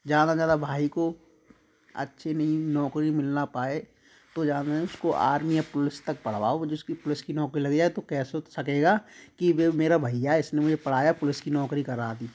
ज़्यादा से ज़्यादा भाई को अच्छी नहीं नौकरी मिल ना पाए तो जानो उसको आर्मी या पुलिस तक पढ़वाओ जिसकी पुलिस की नौकरी लग जाए तो कह तो सकेगा कि ये मेरा भैया है इसने मुझे पढ़ाया पुलिस की नौकरी करा दी